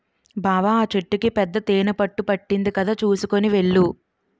బావా ఆ చెట్టుకి పెద్ద తేనెపట్టు పట్టింది కదా చూసుకొని వెళ్ళు